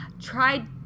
tried